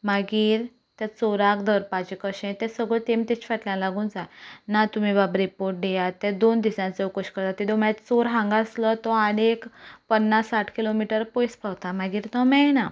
मागीर त्या चोराक धरपाचें कशें तें सगळें तेमी ताज्या फाटल्यान लागूंक जाय ना तुमी बाबा फुडें येयात ते दोन दिसांनी चवकशी करता तेन्ना मागीर चोर हांगा आसलो तो आनी पन्नास साठ किलो मिटर पयस पावता मागीर तो मेळना